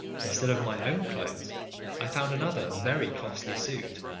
instead of my own clothes i found another very costly suit,